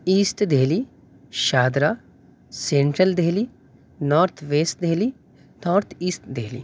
east Delhi Shahdara Central Delhi North West Delhi North East Delhi